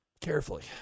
Carefully